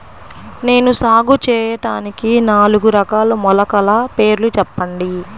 నేను సాగు చేయటానికి నాలుగు రకాల మొలకల పేర్లు చెప్పండి?